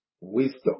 Wisdom